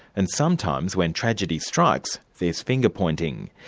and sometimes when tragedy strikes, there's finger-pointing.